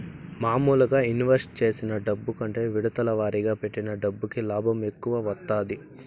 మాములుగా ఇన్వెస్ట్ చేసిన డబ్బు కంటే విడతల వారీగా పెట్టిన డబ్బుకి లాభం ఎక్కువ వత్తాది